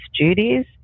duties